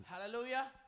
Hallelujah